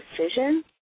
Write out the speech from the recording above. decision